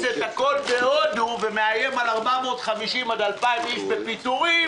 את הכול בהודו ומאיים על 450 2,000 איש בפיטורים,